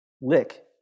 lick